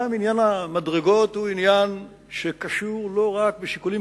גם עניין המדרגות הוא עניין שקשור לא רק בשיקולים